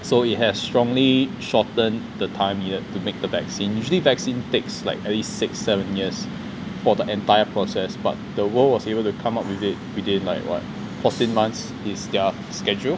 so it has strongly shorten the time needed to make the vaccine usually vaccine takes like at least six seven years for the entire process but the world was able to come up with it within like what fourteen months is their schedule